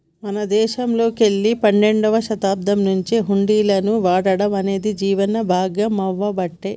మన దేశంలోకెల్లి పన్నెండవ శతాబ్దం నుంచే హుండీలను వాడటం అనేది జీవనం భాగామవ్వబట్టే